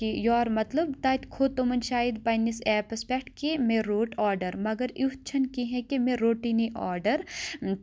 کہِ یور مَطلب تَتہِ کھۄت تِمَن شایَد پَننِس ایپَس پؠٹھ کہِ مےٚ رۆٹ آرڈر مَگر یُتھ چھُنہٕ کِہیٖنۍ کہِ مےٚ رۆٹونٕے یہِ آرڈر